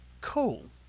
cool